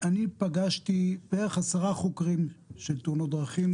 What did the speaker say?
אני פגשתי בערך 10 חוקרים של תאונות דרכים.